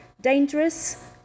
Dangerous